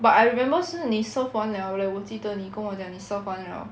but I remember 是你 serve 完了 leh 我记得你跟我讲你 serve 完了